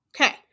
Okay